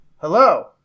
hello